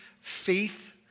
faith